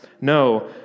No